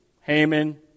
Haman